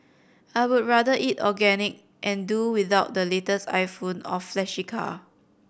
I would rather eat organic and do without the latest iPhone or flashy car